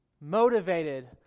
motivated